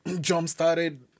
jump-started